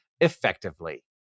effectively